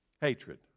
Hatred